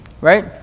right